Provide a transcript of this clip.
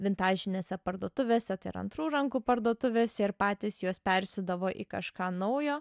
vintažinėse parduotuvėse tai yra antrų rankų parduotuvėse ir patys juos persiūdavo į kažką naujo